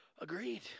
Agreed